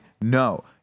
No